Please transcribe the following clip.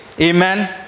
Amen